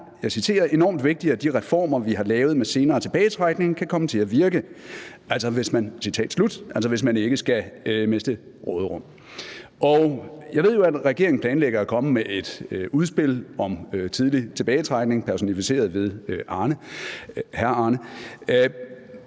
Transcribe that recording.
vigtigt, at de reformer, vi har lavet med senere tilbagetrækning, kan komme til at virke.« Jeg ved jo, at regeringen planlægger at komme med et udspil om tidlig tilbagetrækning personificeret ved hr. Arne.